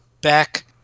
back